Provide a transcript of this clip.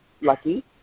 lucky